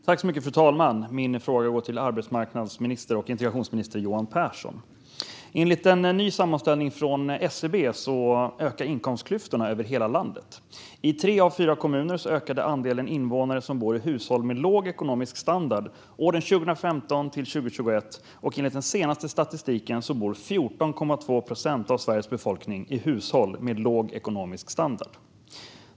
Fru talman! Min fråga går till arbetsmarknads och integrationsminister Johan Pehrson. Enligt en ny sammanställning från SCB ökar inkomstklyftorna över hela landet. I tre av fyra kommuner ökade andelen invånare som bor i hushåll med låg ekonomisk standard åren 2015-2021, och enligt den senaste statistiken bor 14,2 procent av Sveriges befolkning i hushåll med låg ekonomisk standard.